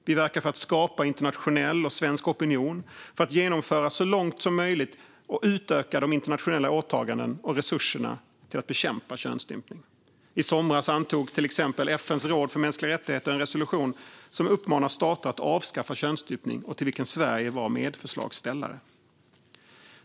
Vi verkar för att skapa internationell och svensk opinion samt för att så långt som möjligt genomföra och utöka de internationella åtagandena och resurserna för att bekämpa könsstympning. I somras antog till exempel FN:s råd för mänskliga rättigheter en resolution som uppmanar stater att avskaffa könsstympning, till vilken Sverige var medförslagsställare.